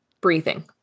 breathing